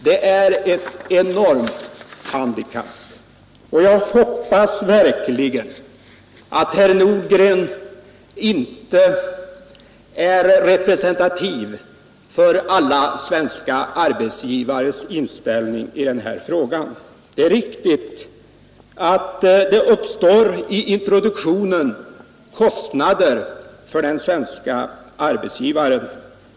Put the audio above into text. Det är ett enormt handikapp. Jag hoppas verkligen att herr Nordgren inte är representativ för alla svenska arbetsgivares inställning i denna fråga. Det är riktigt att det i introduktionen uppstår kostnader för den svenske arbetsgivaren.